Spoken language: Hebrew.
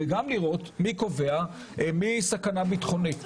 וגם לראות מי קובע מי הוא סכנה ביטחונית.